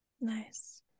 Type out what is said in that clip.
Nice